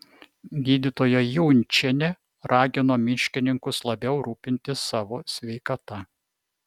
gydytoja junčienė ragino miškininkus labiau rūpintis savo sveikata